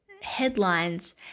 headlines